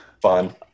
Fun